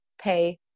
pay